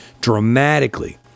dramatically